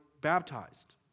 baptized